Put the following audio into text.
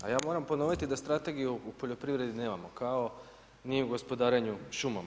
A ja moram ponoviti da strategiju u poljoprivredi nemamo kao ni u gospodarenju šumama.